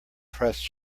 pressed